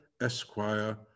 Esquire